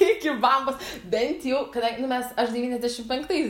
iki bambos bent jau kadan nu mes aš devyniasdešim penktais